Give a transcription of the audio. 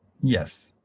Yes